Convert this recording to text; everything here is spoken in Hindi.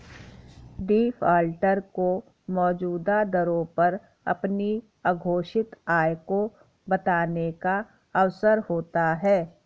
डिफाल्टर को मौजूदा दरों पर अपनी अघोषित आय को बताने का अवसर होता है